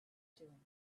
doing